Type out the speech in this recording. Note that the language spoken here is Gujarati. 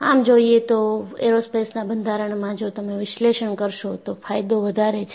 આમ જોયે તો એરોસ્પેસના બંધારણમાં જો તમે વિશ્લેષણ કરશો તો ફાયદો વધારે છે